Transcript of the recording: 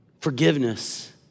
Forgiveness